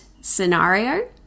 scenario